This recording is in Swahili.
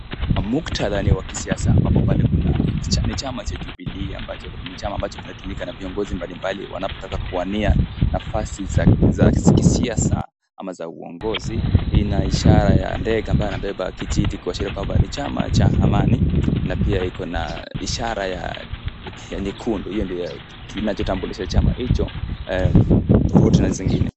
Muktadha ni wa kisiasa ambapo pale kuna chama cha Jubilee ambacho ni chama ambacho kinatumika na vyongozi mbalimbali wanapotaka kuwania nafasi za kisiaa ama za uongozi. Ina ishara za ndege ambaye anabeba kijiti kuashiria kwamba ni chama cha amani na pia iko na ishara ya nyekundu. Hio ndio inachotambulisha chama hicho tofauti na zingine.